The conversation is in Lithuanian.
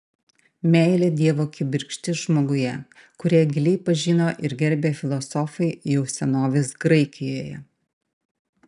meilė dievo kibirkštis žmoguje kurią giliai pažino ir gerbė filosofai jau senovės graikijoje